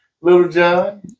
Littlejohn